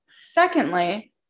secondly